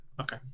okay